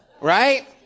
right